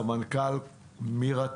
אי-אפשר שסמנכ"ל מירה